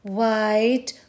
white